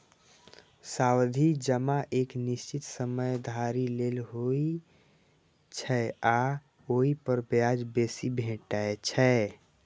सावधि जमा एक निश्चित समय धरि लेल होइ छै आ ओइ पर ब्याज बेसी भेटै छै